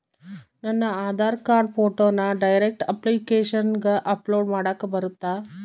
ನನ್ನ ಆಧಾರ್ ಕಾರ್ಡ್ ಫೋಟೋನ ಡೈರೆಕ್ಟ್ ಅಪ್ಲಿಕೇಶನಗ ಅಪ್ಲೋಡ್ ಮಾಡಾಕ ಬರುತ್ತಾ?